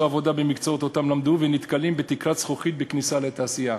עבודה במקצועות שלמדו ונתקלים בתקרת זכוכית בכניסה לתעשייה.